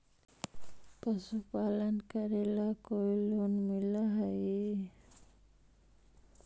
पशुपालन करेला कोई लोन मिल हइ?